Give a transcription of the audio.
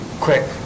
quick